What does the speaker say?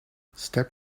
step